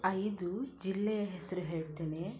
ಐದು ಜಿಲ್ಲೆಯ ಹೆಸರು ಹೇಳ್ತೇನೆ